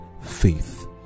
faith